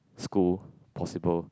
school possible